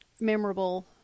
memorable